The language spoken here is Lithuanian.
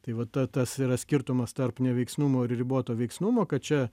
tai va tas tas yra skirtumas tarp neveiksnumo ir riboto veiksnumo kad čia